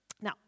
Now